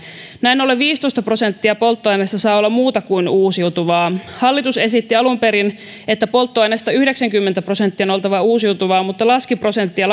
näin ollen viisitoista prosenttia polttoaineesta saa olla muuta kuin uusiutuvaa hallitus esitti alun perin että polttoaineesta yhdeksänkymmentä prosenttia on oltava uusiutuvaa mutta laski prosenttia